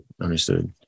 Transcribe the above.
understood